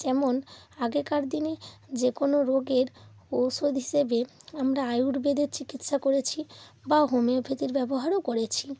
যেমন আগেকার দিনে যে কোনও রোগের ঔষধ হিসেবে আমরা আয়ুর্বেদের চিকিৎসা করেছি বা হোমিওপ্যাথির ব্যবহারও করেছি